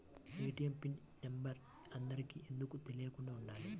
ATM pin number అందరికి ఎందుకు తెలియకుండా ఉండాలి?